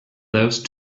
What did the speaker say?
those